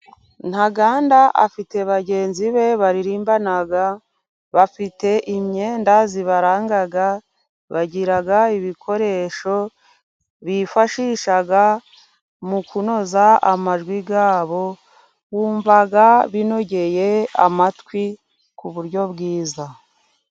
Ntaganda afite bagenzi be baririmbana bafite imyenda ibaranga, bagira ibikoresho bifashisha mu kunoza amajwi yabo, wumva binogeye amatwi ku buryo bwiza.